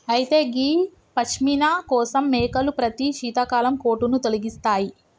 అయితే గీ పష్మిన కోసం మేకలు ప్రతి శీతాకాలం కోటును తొలగిస్తాయి